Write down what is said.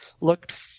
looked